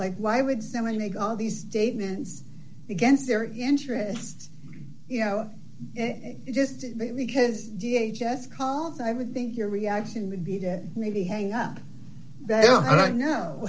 like why would someone make all these statements against their interests you know just because d h gets called i would think your reaction would be that maybe hang up that i don't know